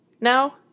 now